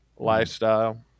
lifestyle